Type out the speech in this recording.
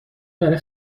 برا